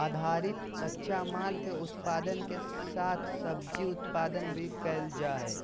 आधारित कच्चा माल, के उत्पादन के साथ सब्जी उत्पादन भी कैल जा हई